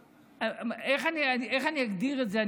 אני איך אני אגדיר את זה?